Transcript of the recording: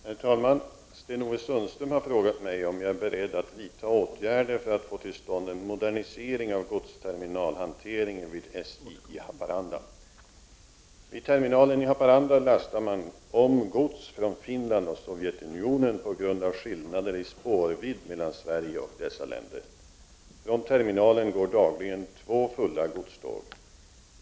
Herr talman! Sten-Ove Sundström har frågat mig om jag är beredd att vidta åtgärder för att få till stånd en modernisering av godsterminalhanteringen vid SJ i Haparanda. Vid terminalen i Haparanda lastar man om gods från Finland och Sovjetunionen på grund av skillnader i spårvidd mellan Sverige och dessa länder. Från terminalen går dagligen två fulla godståg.